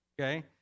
okay